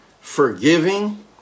forgiving